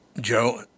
Joe